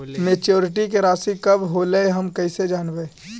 Maturity के रासि कब होलै हम कैसे जानबै?